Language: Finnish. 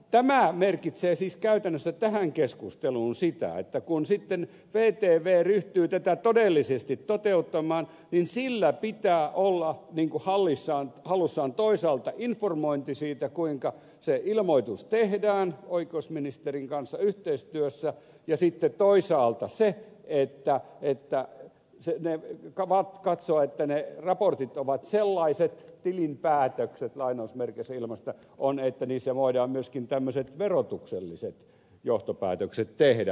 tämä merkitsee siis käytännössä tähän keskusteluun sitä että kun vtv sitten ryhtyy tätä todellisesti toteuttamaan niin sillä pitää olla hallussaan toisaalta informointi siitä kuinka se ilmoitus tehdään oikeusministerin kanssa yhteistyössä ja sitten toisaalta se että ne katsovat että ne raportit ovat sellaisia tilinpäätöksiä lainausmerkeissä ilmaistuna että niistä voidaan myöskin tämmöiset verotukselliset johtopäätökset tehdä